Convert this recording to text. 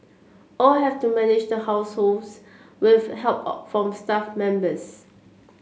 all have to manage the households with help of from staff members